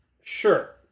Sure